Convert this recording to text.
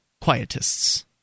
quietists